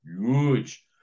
huge